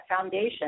foundation